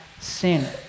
sin